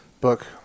Book